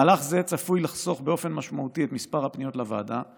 מהלך זה צפוי לחסוך באופן משמעותי את מספר הפניות לוועדה,